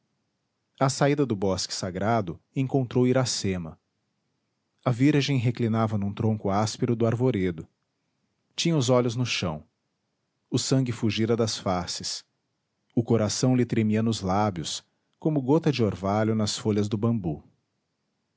à saída do bosque sagrado encontrou iracema a virgem reclinava num tronco áspero do arvoredo tinha os olhos no chão o sangue fugira das faces o coração lhe tremia nos lábios como gota de orvalho nas folhas do bambu